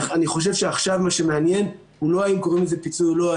אני חושב שעכשיו מה שמעניין הוא לא האם קוראים לזה פיצוי או לא,